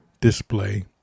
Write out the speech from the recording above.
display